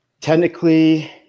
Technically